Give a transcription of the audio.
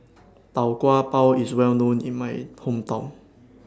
Tau Kwa Pau IS Well known in My Hometown